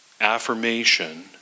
affirmation